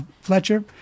Fletcher